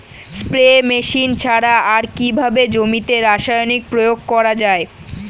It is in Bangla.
স্প্রে মেশিন ছাড়া আর কিভাবে জমিতে রাসায়নিক প্রয়োগ করা যায়?